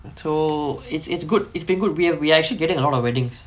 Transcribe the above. so it's it's good it's been good we are actually getting a lot of weddings